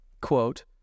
quote